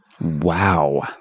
Wow